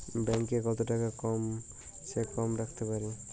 Bank এ কত টাকা কম সে কম রাখতে পারি?